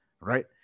right